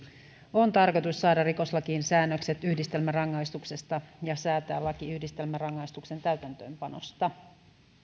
on tarkoitus saada rikoslakiin säännökset yhdistelmärangaistuksesta ja säätää laki yhdistelmärangaistuksen täytäntöönpanosta